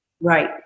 Right